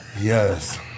Yes